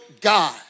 God